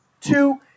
Two